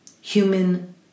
human